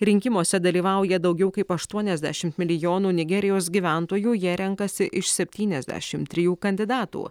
rinkimuose dalyvauja daugiau kaip aštuoniasdešimt milijonų nigerijos gyventojų jie renkasi iš septyniasdešimt trijų kandidatų